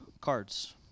cards